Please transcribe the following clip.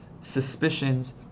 suspicions